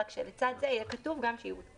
רק שלצד זה יהיה כתוב שהיא בוטלה.